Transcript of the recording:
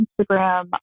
Instagram